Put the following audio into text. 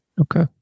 Okay